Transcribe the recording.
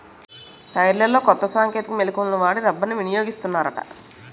టైర్లలో కొత్త సాంకేతిక మెలకువలను వాడి రబ్బర్ని వినియోగిస్తారట